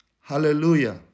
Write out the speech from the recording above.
Hallelujah